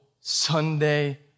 Sunday